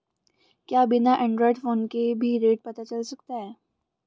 क्या बिना Android phone के भी रेट पता चल सकता है?